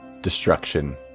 destruction